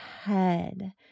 head